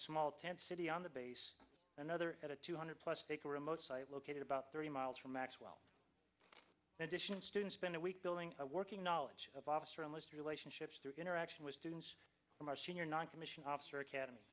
small tent city on the base another at a two hundred plus take a remote site located about thirty miles from maxwell edition students spend a week building a working knowledge of officer in most relationships through interaction with students from our senior noncommissioned officer academy